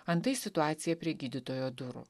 antai situacija prie gydytojo durų